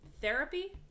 Therapy